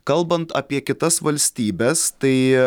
kalbant apie kitas valstybes taaai